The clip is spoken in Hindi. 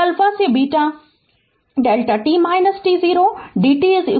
तो α से Δ t t0 d t